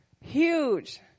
huge